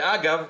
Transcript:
אגב,